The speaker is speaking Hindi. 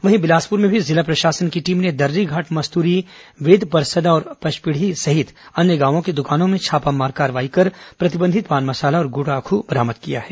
वहीं बिलासपुर में भी जिला प्रशासन की टीम ने दर्री घाट मस्तूरी वेदपरसदा और पचपेड़ी सहित अन्य गांवों के दुकानों में छापामार कार्रवाई कर प्रतिबंधित पान मसाला और गुड़ाखू बरामद किया है